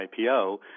IPO